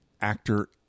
actor